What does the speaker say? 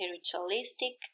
spiritualistic